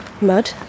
mud